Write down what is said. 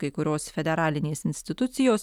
kai kurios federalinės institucijos